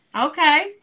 Okay